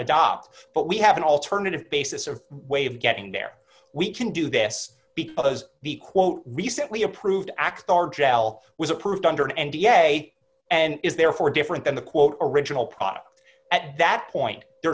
adopt but we have an alternative basis or way of getting there we can do this because the quote recently approved act our gel was approved under an n d a and is therefore different than the quote original product at that point there